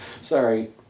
Sorry